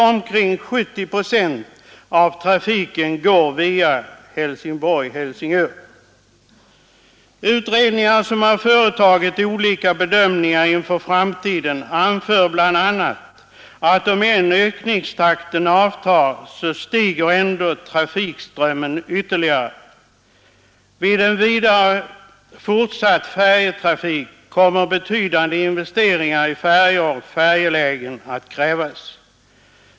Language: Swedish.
Omkring 70 procent av trafiken går sålunda via Helsingborg—Helsingör. Utredningarna, som gjort olika bedömningar inför framtiden, anför bl.a. att även om ökningstakten avtar stiger ändå trafikströmmen ytterligare. Vid fortsatt färjedrift kommer dessutom betydande investeringar i färjor och färjelägen att krävas.